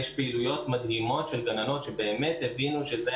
יש פעילויות מדהימות של גננות שבאמת הבינו שזה